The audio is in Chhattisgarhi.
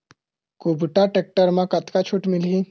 कुबटा टेक्टर म कतका छूट मिलही?